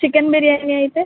chicken biryani అయితే